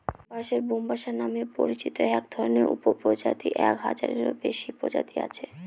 বাঁশের ব্যম্বুসা নামে পরিচিত একধরনের উপপ্রজাতির এক হাজারেরও বেশি প্রজাতি আছে